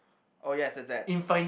oh yes is that